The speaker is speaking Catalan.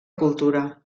cultura